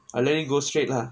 I let it go straight lah